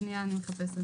שנייה אני מחפשת.